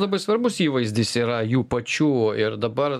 labai svarbus įvaizdis yra jų pačių ir dabar